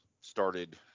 started